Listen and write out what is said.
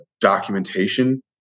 documentation